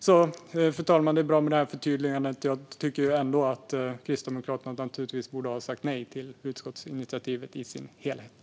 Fru talman! Det är bra med förtydligandet, men jag tycker ändå att Kristdemokraterna borde ha sagt nej till utskottsinitiativet i sin helhet.